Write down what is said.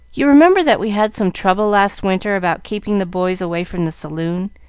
you remember that we had some trouble last winter about keeping the boys away from the saloon,